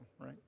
right